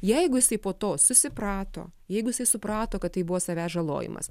jeigu jisai po to susiprato jeigu jisai suprato kad tai buvo savęs žalojimas